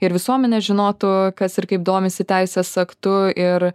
ir visuomenė žinotų kas ir kaip domisi teisės aktu ir